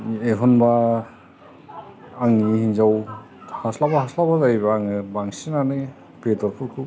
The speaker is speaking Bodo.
एखम्बा आंनि हिनजाव हास्लाबा हास्लाबा जायोबा आङो बांसिनानो बेदरफोरखौ